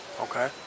Okay